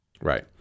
Right